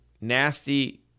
nasty